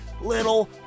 little